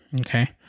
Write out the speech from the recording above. Okay